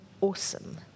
awesome